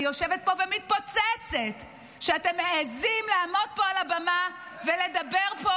אני יושבת פה ומתפוצצת שאתם מעיזים לעמוד פה על הבמה ולדבר על